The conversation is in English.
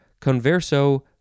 converso